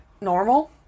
normal